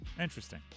Interesting